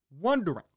wondering